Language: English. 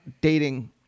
dating